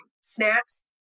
Snacks